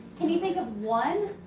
can you think of one?